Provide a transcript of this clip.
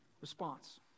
response